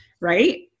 right